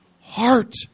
heart